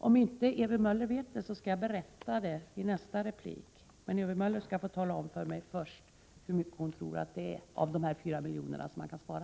Om Ewy Möller inte vet det skall jag berätta det i nästa replik, men först skall Ewy Möller få tala om för mig hur mycket av de 4 miljonerna hon tror att man kan spara.